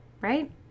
right